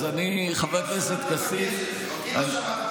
אז אני, חבר הכנסת כסיף, אותי לא שמעת מבקש.